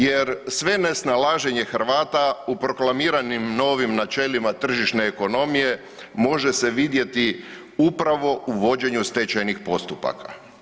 Jer sve nesnalaženje Hrvata u proklamiranim novim načelima tržišne ekonomije, može se vidjeti upravo u vođenju stečajnih postupaka.